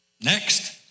Next